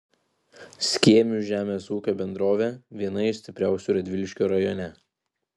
skėmių žemės ūkio bendrovė viena iš stipriausių radviliškio rajone